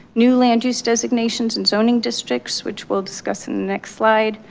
new land use designations and zoning districts which we'll discuss in the next slide.